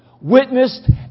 witnessed